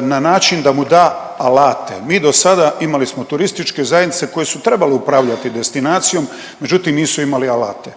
na način da mu da alate. Mi do sada imali smo turističke zajednice koje su trebale upravljati destinacijom, međutim nisu imali alate.